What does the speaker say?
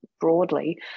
broadly